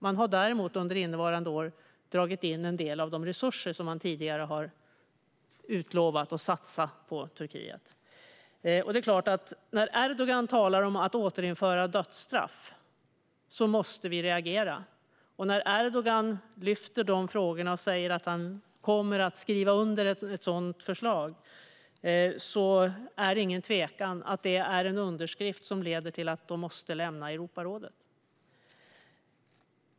Man har däremot under innevarande år dragit in en del av de resurser som man tidigare har lovat att satsa på Turkiet, för det är klart att när Erdogan talar om att återinföra dödsstraff måste vi reagera. När Erdogan lyfter de frågorna och säger att han kommer att skriva under ett sådant förslag är det ingen tvekan om att en sådan underskrift leder till att de måste lämna Europarådet.